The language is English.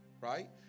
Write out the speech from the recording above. right